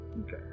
Okay